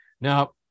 Now